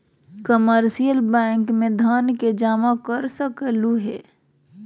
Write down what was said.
commercial bank में धन के जमा कर सकलु हें